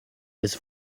this